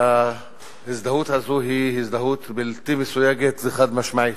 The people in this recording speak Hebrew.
ההזדהות הזו היא הזדהות בלתי מסויגת וחד-משמעית.